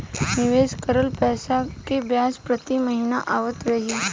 निवेश करल पैसा के ब्याज प्रति महीना आवत रही?